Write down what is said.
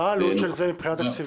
מה העלות של הדבר הזה מבחינה תקציבית?